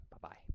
Bye-bye